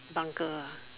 bunker ah